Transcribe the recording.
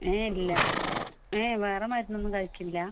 ഏഹ് ഇല്ല ഏഹ് വേറെ മരുന്നൊന്നും കഴിക്കുന്നില്ല